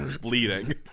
Bleeding